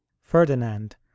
ferdinand